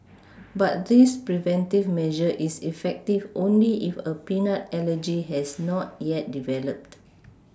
but this preventive measure is effective only if a peanut allergy has not yet developed